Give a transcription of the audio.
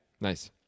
Nice